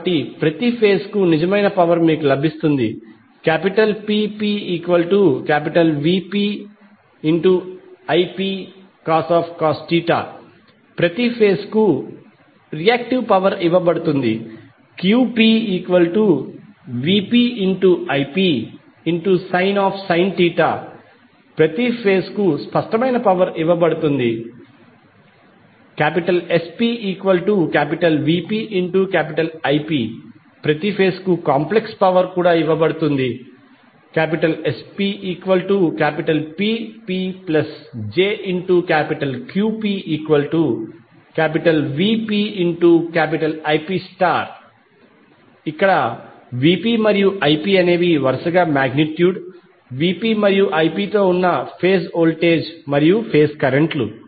కాబట్టి ప్రతి ఫేజ్ కు నిజమైన పవర్ మీకు లభిస్తుంది PpVpIpcos ప్రతి ఫేజ్ కు రియాక్టివ్ పవర్ ఇవ్వబడుతుంది QpVpIpsin ప్రతి ఫేజ్ కు స్పష్టమైన పవర్ ఇవ్వబడుతుంది SpVpIp ప్రతి ఫేజ్ కు కాంప్లెక్స్ పవర్ ఇవ్వబడుతుంది SpPpjQpVpIp ఇక్కడ Vp మరియు Ip వరుసగా మాగ్నిట్యూడ్ Vp మరియు Ip తో ఉన్న ఫేజ్ వోల్టేజ్ మరియు ఫేజ్ కరెంట్లు